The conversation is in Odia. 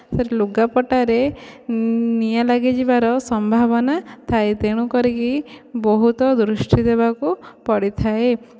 ଲୁଗାପଟାରେ ନିଆଁ ଲାଗିଯିବାର ସମ୍ଭାବନା ଥାଏ ତେଣୁ କରିକି ବହୁତ ଦୃଷ୍ଟି ଦେବାକୁ ପଡ଼ିଥାଏ